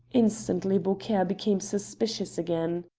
instantly beaucaire became suspicious again.